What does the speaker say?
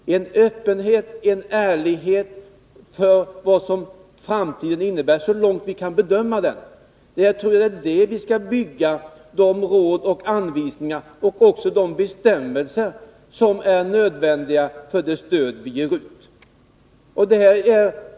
Jag menar att vi bör bygga de råd och anvisningar och de bestämmelser som är nödvändiga för det stöd som vi ger ut på en öppenhet och en ärlighet inför vad framtiden innebär, så långt vi kan bedöma den.